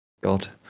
God